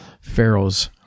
pharaohs